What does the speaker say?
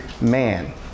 man